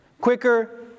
Quicker